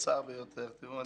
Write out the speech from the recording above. אני